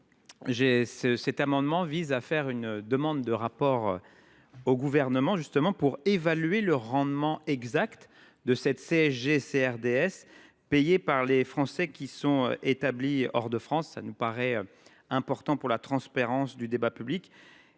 Cet amendement vise à demander un rapport au Gouvernement, précisément afin d’évaluer le rendement exact de cette CSG CRDS payée par les Français qui sont établis hors de France. Cela nous paraît important pour la transparence du débat public